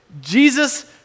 Jesus